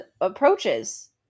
approaches